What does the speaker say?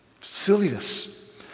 silliness